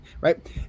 right